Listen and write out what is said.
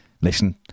listen